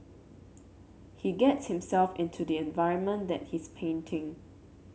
he gets himself into the environment that he's painting